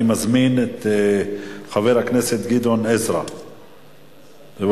אני מזמין את חבר הכנסת גדעון עזרא, בבקשה.